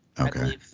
okay